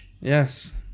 Yes